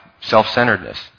self-centeredness